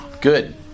Good